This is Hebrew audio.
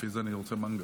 לפי זה, אני רוצה מנגל.